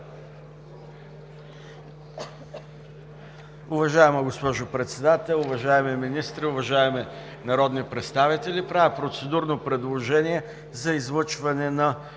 Уважаема госпожо Председател, уважаеми министри, уважаеми народни представители! Правя процедурно предложение за излъчване на